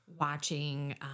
watching